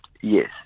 yes